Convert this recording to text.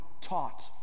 taught